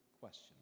question